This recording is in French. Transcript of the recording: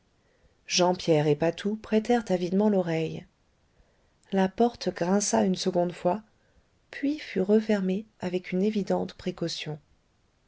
jean pierre et patou prêtèrent avidement l'oreille la porte grinça une seconde fois puis fut refermée avec une évidente précaution